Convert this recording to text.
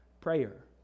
prayer